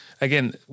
Again